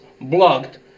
blocked